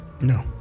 no